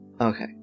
Okay